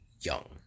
young